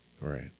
Right